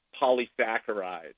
polysaccharide